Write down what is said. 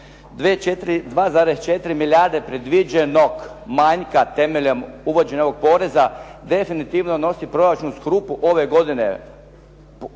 2,4 milijarde predviđenog manjka temeljem uvođenjem ovog poreza definitivno nosi proračunsku rupu ove godine.